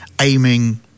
aiming